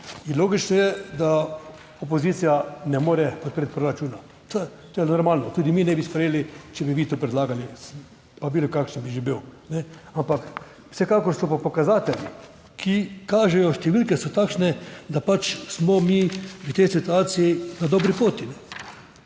In logično je, da opozicija ne more podpreti proračuna, to je normalno. Tudi mi ne bi sprejeli, če bi vi to predlagali pa bi bilo kakšen bi že bil. Ampak vsekakor so pa pokazatelji, ki kažejo številke, so takšne. Da pač smo mi v tej situaciji na dobri poti.